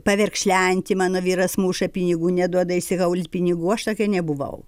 paverkšlenti mano vyras muša pinigų neduoda išsikaulyt pinigų aš tokia nebuvau